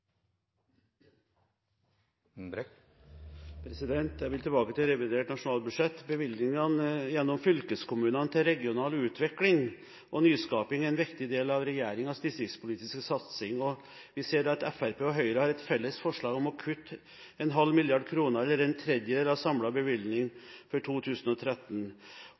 Jeg vil tilbake til revidert nasjonalbudsjett. Bevilgningene gjennom fylkeskommunene til regional utvikling og nyskaping er en viktig del av regjeringens distriktspolitiske satsing. Vi ser der at Fremskrittspartiet og Høyre har et felles forslag om å kutte 0,5 mrd. kr – en tredjedel av samlet bevilgning for 2013.